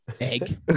Egg